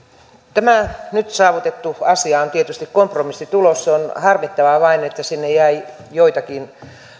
tämä nyt saavutettu asia on tietysti kompromissitulos on harmittavaa vain että sinne jäi joitakin